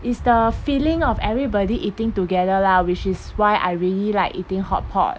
is the feeling of everybody eating together lah which is why I really like eating hotpot